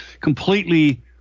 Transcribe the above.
completely